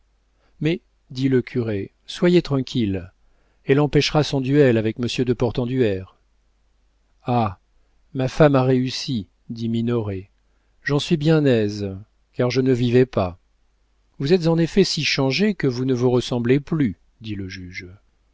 mais dit le curé soyez tranquille elle empêchera son duel avec monsieur de portenduère ah ma femme a réussi dit minoret j'en suis bien aise car je ne vivais pas vous êtes en effet si changé que vous ne vous ressemblez plus dit le juge